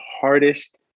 hardest